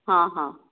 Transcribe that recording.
ହଁ ହଁ